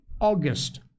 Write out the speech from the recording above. August